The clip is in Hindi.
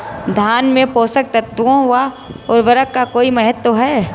धान में पोषक तत्वों व उर्वरक का कोई महत्व है?